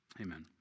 amen